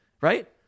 Right